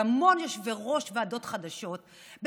בהמון יושבי-ראש ועדות חדשות,